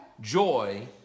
Joy